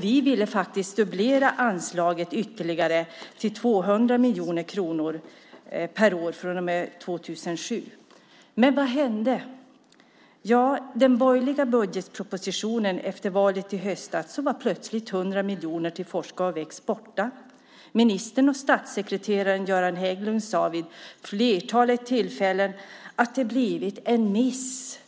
Vi ville faktiskt dubblera anslaget ytterligare till 200 miljoner kronor per år från och med 2007. Men vad hände? I den borgerliga budgetpropositionen efter valet i höstas var plötsligt 100 miljoner till Forska och väx borta. Ministern och statssekreteraren Jöran Hägglund sade vid flertalet tillfällen att det blivit en miss